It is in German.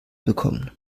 bekommen